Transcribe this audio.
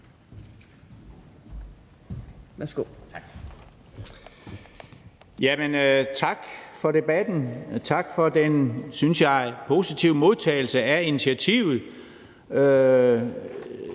Tak for debatten, og tak for den, synes jeg, positive modtagelse af initiativet.